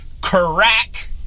Crack